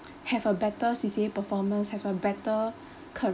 have a better C_C_A performance have a better